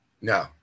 No